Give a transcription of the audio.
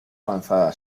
avanzada